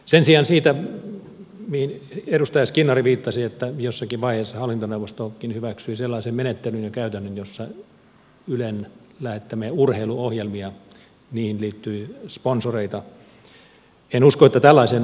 sen sijaan siinä mihin edustaja skinnari viittasi että jossakin vaiheessa hallintoneuvostokin hyväksyi sellaisen menettelyn ja käytännön jossa ylen lähettämiin urheiluohjelmiin liittyy sponsoreita en usko että tällaiseen on paluuta